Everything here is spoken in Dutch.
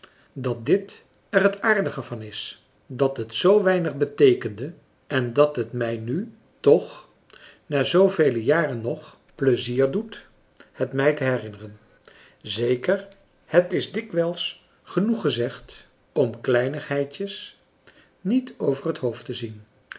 dat dit er het aardige van is dat het zoo weinig beteekende en dat het mij nu toch na zoovele jaren nog pleizier doet het mij te herinneren zeker is het dikwijls genoeg gezegd om kleinigheidjes niet over het hoofd te zien